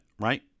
right